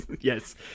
yes